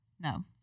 no